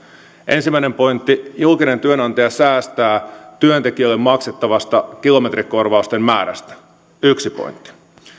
ensimmäinen pointti julkinen työnantaja säästää työntekijöille maksettavasta kilometrikorvausten määrästä yksi pointti